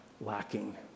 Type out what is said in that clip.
lacking